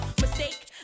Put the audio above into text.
mistake